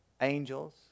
angels